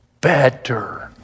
better